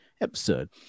episode